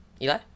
Eli